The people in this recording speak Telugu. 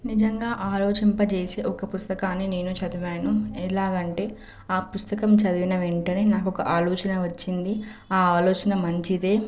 నిజంగా ఆలోచింపజేసే ఒక పుస్తకాన్ని నేను చదివాను ఎలాగ అంటే ఆ పుస్తకం చదివిన వెంటనే నాకు ఒక ఆలోచన వచ్చింది ఆ ఆలోచన మంచిదే